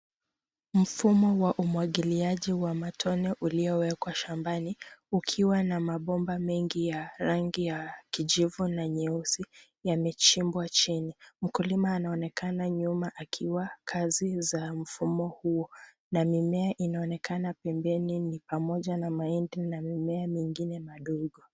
Mfumo wa umwagiliaji wa matone uliowekwa shambani ukiwa na mabomba mengi ya rangi ya kijivu na nyeusi yamechimbwa chini. Mkulima anaonekana nyuma akiwa kazi za mfumo huo. Na mimea inaonekana pembeni ni pamoja na mahindi na mimea mingine midogo.